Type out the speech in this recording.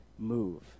Move